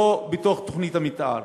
לא בתוך תוכנית המתאר.